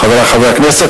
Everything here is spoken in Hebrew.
חברי חברי הכנסת,